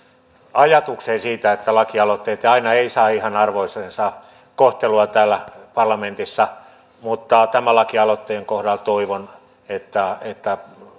ajatukseen siitä että lakialoitteet eivät aina saa ihan arvoistansa kohtelua täällä parlamentissa mutta tämän lakialoitteen kohdalla toivon että että